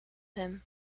him